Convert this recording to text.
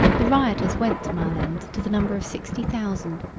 the rioters went to mile-end to the number of sixty thousand,